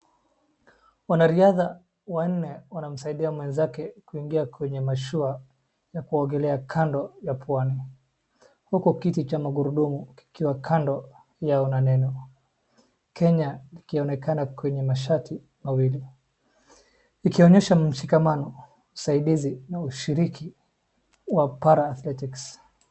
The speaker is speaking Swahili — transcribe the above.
Wanariadha wanne wanamsaidia mwenzao kuingia kwenye mashua ya kuogelea kando ya pwani, huku kiti cha magurudumu kikiwa kando yao na neno, Kenya ikionekana kwenye mashati mawili ikionyesha mshikamano, usaidizi na ushiriki wa paralytics .